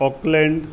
Auckland